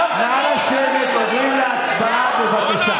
לערבים מותר לבנות כמה שהם רוצים.